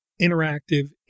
interactive